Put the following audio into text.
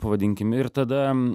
pavadinkim ir tada